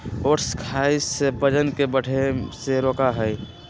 oats खाई से वजन के बढ़े से रोका हई